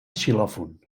xilòfon